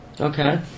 Okay